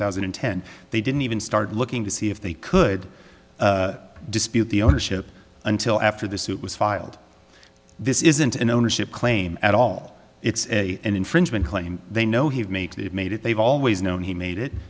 thousand and ten they didn't even start looking to see if they could dispute the ownership until after the suit was filed this isn't an ownership claim at all it's a infringement claim they know he'd make they've made it they've always known he made it